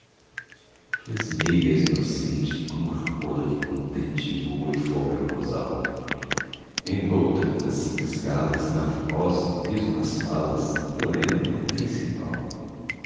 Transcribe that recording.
meiga és inocente como a rola que contente voa e folga no rosal envolta nas simples galas na voz no riso nas falas morena não tens rival